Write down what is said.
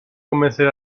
convencer